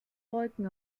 wolken